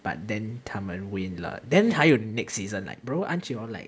but then 他们 win lah then 还有 next season like bro aren't you on like